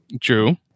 True